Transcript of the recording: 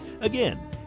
Again